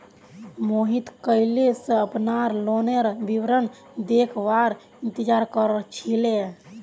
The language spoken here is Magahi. मोहित कइल स अपनार लोनेर विवरण देखवार इंतजार कर छिले